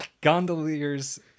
gondolier's